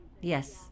yes